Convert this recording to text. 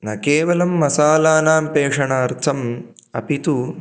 न केवलं मसालानां पेषणार्थम् अपि तु